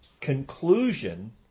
conclusion